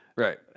Right